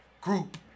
group